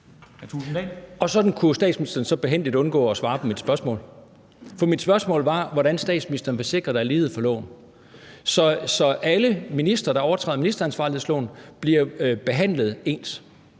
Sådan kunne statsministeren så behændigt undgå at svare på mit spørgsmål. Mit spørgsmål var: Hvordan vil statsministeren sikre, at der er lighed for loven, så alle ministre, der overtræder ministeransvarlighedsloven, bliver behandlet ens?